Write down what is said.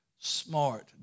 smart